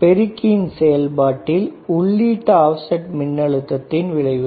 பெருக்கியின் செயல்பாட்டில் உள்ளீட்டு ஆப்செட் மின்னழுத்தத்தின் விளைவு